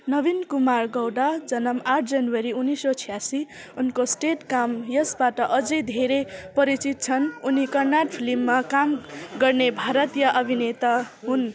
नवीन कुमार गौडा जन्म आठ जनवरी उन्नाइस सय छ्यासी उनको स्टेट काम यशबाट अझ धेरै परिचित छन् उनी कन्नड फिल्ममा काम गर्ने भारतीय अभिनेता हुन्